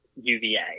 UVA